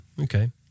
Okay